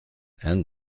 and